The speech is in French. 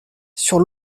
sur